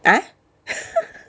ah